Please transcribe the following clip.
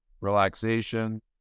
relaxation